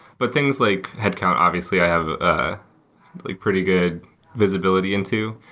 but things like headcount obviously, i have a pretty good visibility into.